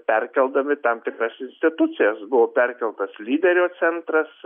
perkeldami tam tikras institucijas buvo perkeltas lyderio centras